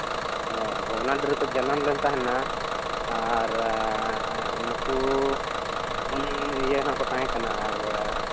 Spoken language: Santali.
ᱦᱳᱭ ᱵᱷᱚᱜᱽᱱᱟᱰᱤ ᱨᱮᱠᱚ ᱡᱟᱱᱟᱢ ᱞᱮᱱ ᱛᱟᱦᱮᱱᱟ ᱟᱨ ᱱᱩᱠᱩ ᱯᱩᱱ ᱤᱭᱟᱹ ᱱᱟᱜ ᱠᱚ ᱛᱟᱦᱮᱸ ᱠᱟᱱᱟ ᱟᱨ